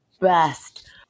best